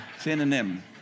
Synonym